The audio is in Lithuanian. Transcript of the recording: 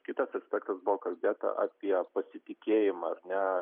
kitas aspektas buvo kalbėta apie pasitikėjimą ar ne